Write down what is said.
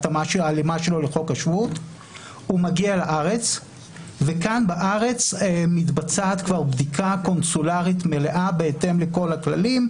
הוא מגיע לארץ וכאן בארץ מתבצעת בדיקה קונסולרית מלאה בהתאם לכל הכללים,